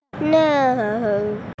No